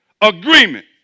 agreement